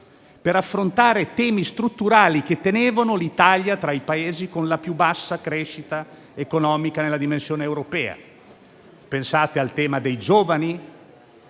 per affrontare temi strutturali, che tenevano l'Italia tra i Paesi con la più bassa crescita economica nella dimensione europea. Pensate al tema dei giovani,